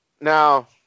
Now